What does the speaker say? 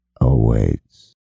Awaits